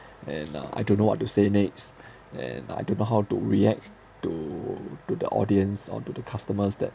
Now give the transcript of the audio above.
and uh I don't know what to say next and I don't know how to react to to the audience or to the customers that